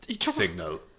Signal